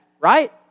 right